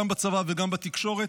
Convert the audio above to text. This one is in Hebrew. גם בצבא וגם בתקשורת,